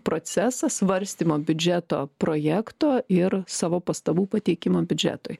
procesą svarstymą biudžeto projekto ir savo pastabų pateikimo biudžetui